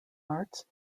arts